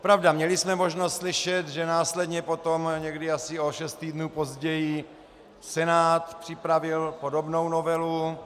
Pravda, měli jsme možnost slyšet, že následně potom, někdy asi o šest týdnů později, Senát připravil podobnou novelu.